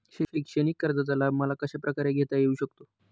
शैक्षणिक कर्जाचा लाभ मला कशाप्रकारे घेता येऊ शकतो?